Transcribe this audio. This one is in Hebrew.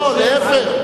לא, להיפך.